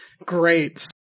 Great